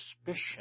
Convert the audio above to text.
suspicion